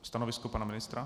Stanovisko pana ministra?